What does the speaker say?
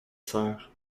sœur